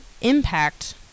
impact